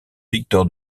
victor